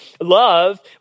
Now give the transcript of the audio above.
Love